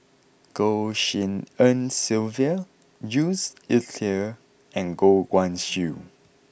Goh Tshin En Sylvia Jules Itier and Goh Guan Siew